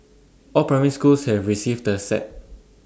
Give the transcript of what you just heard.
all primary schools have received the set